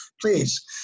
please